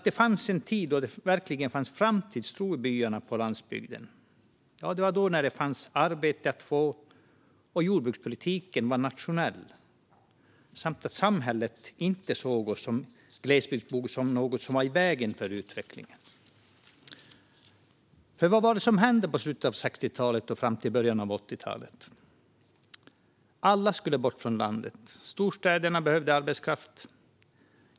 En tid då det verkligen fanns framtidstro i byarna på landsbygden var när det fanns arbete att få och jordbrukspolitiken var nationell, och samhället såg inte oss glesbygdsbor som något som var i vägen för utvecklingen. Vad var det då som hände i slutet av 60-talet och fram till början av 80-talet? Jo, alla skulle bort från landet. Storstäderna behövde arbetskraft.